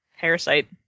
Parasite